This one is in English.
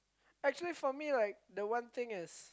actually for me like the one thing is